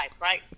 right